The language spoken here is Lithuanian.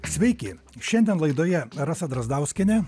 sveiki šiandien laidoje rasa drazdauskienė